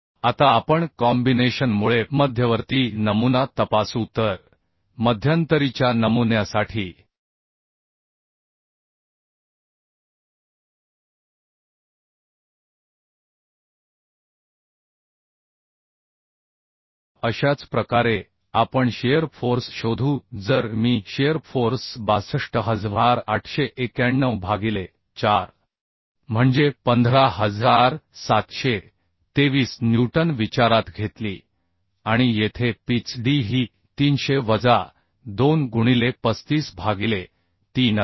आता आपण कॉम्बिनेशन मुळे मध्यवर्ती नमुना तपासू तर मध्यंतरीच्या नमुन्यासाठी अशाच प्रकारे आपण शिअर फोर्स शोधू जर मी शिअर फोर्स 62891 भागिले 4 म्हणजे 15723 न्यूटन विचारात घेतली आणि येथे पिच D ही 300 वजा 2 गुणिले 35 भागिले 3 असेल